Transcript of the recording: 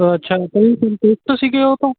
ਅੱਛਾ ਜੀ ਤੁਸੀਂ ਗਏ ਉਹ ਤਾਂ